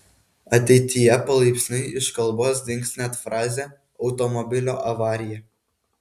ateityje palaipsniui iš kalbos dings net frazė automobilio avarija